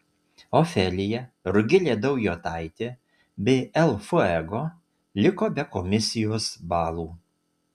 ofelija rugilė daujotaitė bei el fuego liko be komisijos balų